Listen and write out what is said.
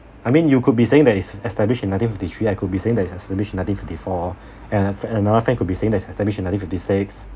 I mean you could be saying that is established in nineteen fifty-three I could be saying it's established in nineteen fifty-four and f~ another friend could be saying that it's established in nineteen fifty-six